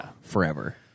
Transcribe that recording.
forever